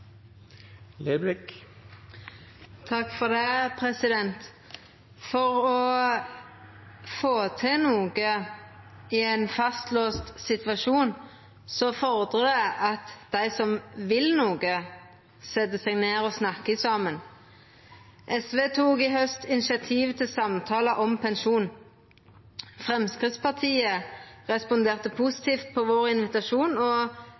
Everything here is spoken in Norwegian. Å få til noko i ein fastlåst situasjon fordrar at dei som vil noko, set seg ned og snakkar saman. SV tok i haust initiativ til samtalar om pensjon. Framstegspartiet responderte positivt på invitasjonen vår, og